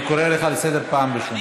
אני קורא אותך לסדר פעם ראשונה.